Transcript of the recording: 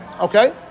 Okay